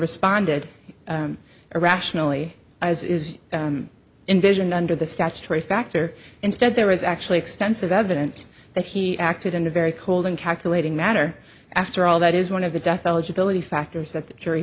responded irrationally as is invasion under the statutory factor instead there was actually extensive evidence that he acted in a very cold and calculating matter after all that is one of the death eligibility factors that the jury